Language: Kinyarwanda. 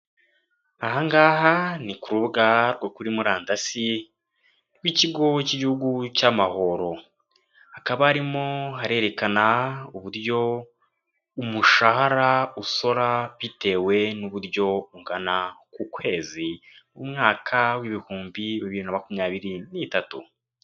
Aha ngaha ni ku rubuga rwo kuri murandasi rw'ikigo cy'Igihugu cy'amahoro. Hakaba harimo harerekana uburyo umushahara usora bitewe n'uburyo ungana ku kwezi, umwaka w'ibihumbi bibiri na makumyabiri n'itatu.